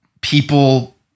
people